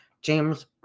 James